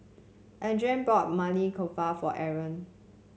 Adrain bought Maili Kofta for Aron